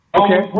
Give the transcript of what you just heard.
okay